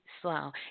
slow